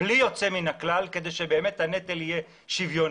בלי יוצא מן הכלל כדי שהנטל יהיה שוויוני.